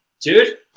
dude